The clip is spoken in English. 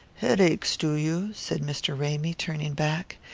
headaches, do you? said mr. ramy, turning back.